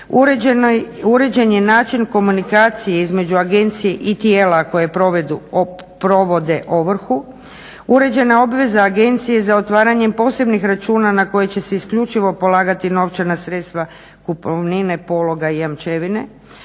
Uređen je način komunikacije između agencije i tijela koja provode ovrhu, uređena je obveza agencije za otvaranjem posebnih računa na koji će se isključivo polagati novčana sredstva kupovnine, pologa i jamčevine.